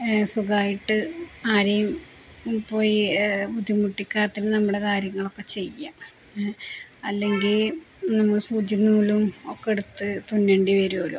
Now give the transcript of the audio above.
സുഖമായിട്ട് ആരെയും പോയി ബുദ്ധിമുട്ടിക്കാതെ നമ്മുടെ കാര്യങ്ങളൊക്കെ ചെയ്യാം അല്ലെങ്കില് നമ്മള് സൂചിയും നൂലും ഒക്കെ എടുത്ത് തുന്നേണ്ടിവരുമല്ലോ